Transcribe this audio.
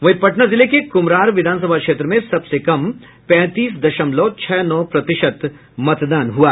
वहीं पटना जिले के कुम्हरार विधानसभा क्षेत्र में सबसे कम पैंतीस दशमलव छह नौ प्रतिशत मतदान हुआ